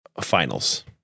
finals